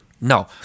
No